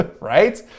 Right